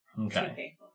Okay